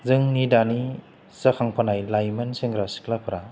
जोंनि दानि जाखांफुनाय लाइमोन सेंग्रा सिख्लाफ्रा